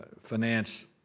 finance